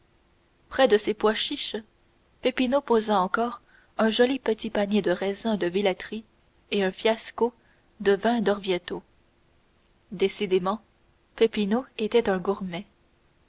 près de ces pois chiches peppino posa encore un joli petit panier de raisin de velletri et un fiasco de vin d'orvietto décidément peppino était un gourmet